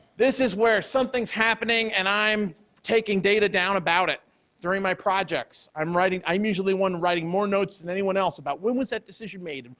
this is where something's happening and i'm taking data down about it during my projects. i'm writing i'm usually one writing more notes than anyone else about when was that decision made?